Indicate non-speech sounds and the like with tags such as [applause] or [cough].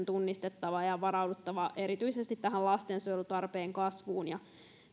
[unintelligible] tunnistaa ja varautuu erityisesti tähän lastensuojelutarpeen kasvuun ja